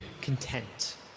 content